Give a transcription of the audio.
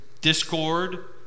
discord